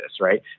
right